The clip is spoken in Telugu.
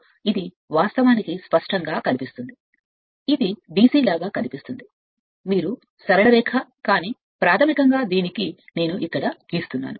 అప్పుడు ఇది వాస్తవానికి స్పష్టంగా కనిపిస్తుంది ఇది DC లాగా కనిపిస్తుంది మీరు సరళ రేఖ కానీ ప్రాథమికంగా దీనికి నేను ఇక్కడ గీస్తున్నాను